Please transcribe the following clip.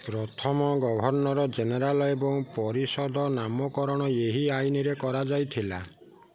ପ୍ରଥମ governor general ଏବଂ ପରିଷଦର ନାମକରଣ ଏହି ଆଇନରେ କରାଯାଇଥିଲା